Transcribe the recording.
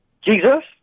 Jesus